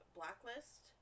Blacklist